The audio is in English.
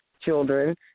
children